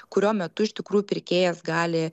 kurio metu iš tikrųjų pirkėjas gali